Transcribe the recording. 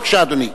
בבקשה, אדוני.